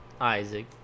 Isaac